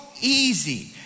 Easy